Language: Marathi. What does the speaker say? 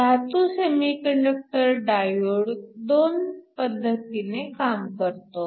धातू सेमीकंडक्टर डायोड दोन पद्धतीने काम करतो